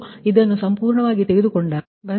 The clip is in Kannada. ನೀವು ಇದನ್ನುಸಂಪೂರ್ಣವಾಗಿ ತೆಗೆದುಕೊಳ್ಳಬೇಕು